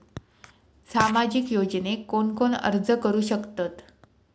सामाजिक योजनेक कोण कोण अर्ज करू शकतत?